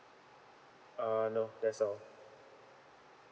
uh no that's all